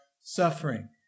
suffering